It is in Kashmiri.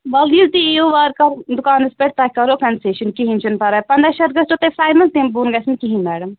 وَلہٕ ییٚلہِ تُہۍ یِیِو وارٕکارٕ دُکانس پٮ۪ٹھ تۄہہِ کَرہو کَنسیشَن کِہیٖنٛۍ چھُنہٕ پَرواے پنٛداہ شَتھ گَژھیو تۄہہِ فاینَل تَمہِ بۅن گژھِ نہِٕ کِہیٖنٛۍ میڈم